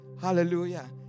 Hallelujah